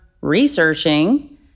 researching